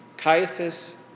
Caiaphas